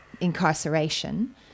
incarceration